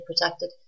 protected